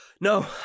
No